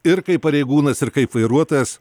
ir kaip pareigūnas ir kaip vairuotojas